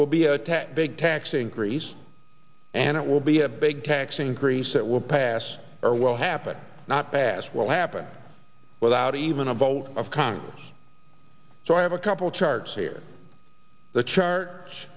will be a big tax increase and it will be a big tax increase that will pass or will happen not pass will happen without even a vote of congress so i have a couple of charts here the chart